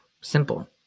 simple